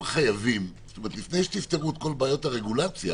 לפני שתפתרו את כל בעיות הרגולציה